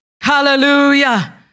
Hallelujah